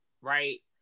right